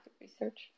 research